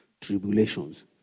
Tribulations